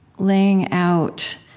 laying out,